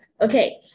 Okay